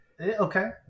Okay